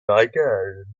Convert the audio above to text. marécages